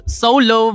solo